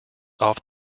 off